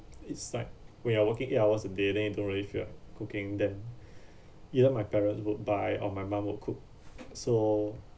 it's like when you're working eight hours a day then you don't really feel like cooking then either my parents would buy or my mom would cook so